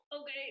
okay